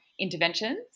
Interventions